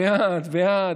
בעד,